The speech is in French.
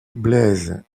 blaise